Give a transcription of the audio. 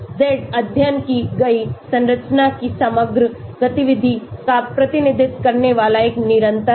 Z अध्ययन की गई संरचना की समग्र गतिविधि का प्रतिनिधित्व करने वाला एक निरंतर है